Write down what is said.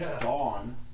Dawn